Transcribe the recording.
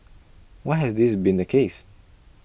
why has this been the case